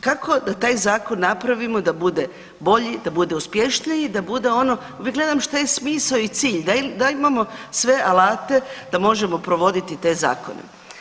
Kako da taj zakon napravimo da bude bolji, da bude uspješniji, da bude ono, uvijek gledam šta je smisao i cilj, da imamo sve alate da možemo provoditi te zakone.